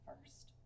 first